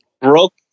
broke